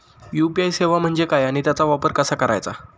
UPI सेवा म्हणजे काय आणि त्याचा वापर कसा करायचा?